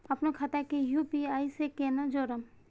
अपनो खाता के यू.पी.आई से केना जोरम?